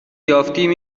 یافتیم